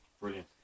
Brilliant